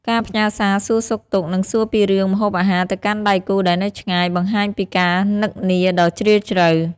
ការផ្ញើសារសួរសុខទុក្ខ និងសួរពីរឿងម្ហូបអាហារទៅកាន់ដៃគូដែលនៅឆ្ងាយ បង្ហាញពីការនឹកនាដ៏ជ្រាលជ្រៅ។